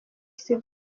isiganwa